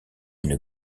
une